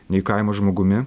nei kaimo žmogumi